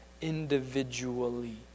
individually